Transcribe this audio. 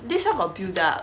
this [one] got build up